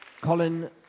Colin